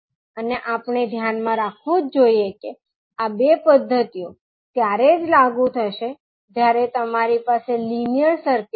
અને આપણે ધ્યાનમાં રાખવું જ જોઇએ કે આ બે પદ્ધતિઓ ત્યારે જ લાગુ થશે જ્યારે તમારી પાસે લિનિયર સર્કિટ હોય